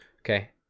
okay